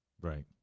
Right